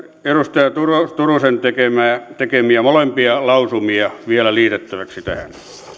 edustaja turusen tekemiä tekemiä molempia lausumia vielä liitettäväksi tähän